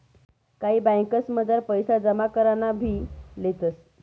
कायी ब्यांकसमझार पैसा जमा कराना फी लेतंस